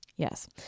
Yes